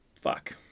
fuck